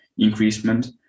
increasement